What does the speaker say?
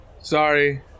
Sorry